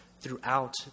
throughout